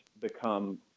become